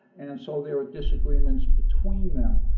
and so there are disagreements between them.